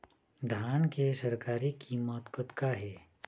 धान के सरकारी कीमत कतका हे?